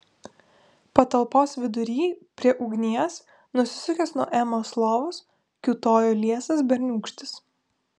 patalpos vidury prie ugnies nusisukęs nuo emos lovos kiūtojo liesas berniūkštis